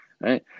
Right